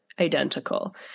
identical